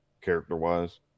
character-wise